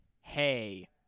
hey